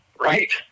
right